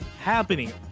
happening